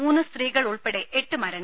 മൂന്ന് സ്ത്രീകൾ ഉൾപ്പെടെ എട്ട് മരണം